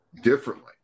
differently